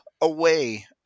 away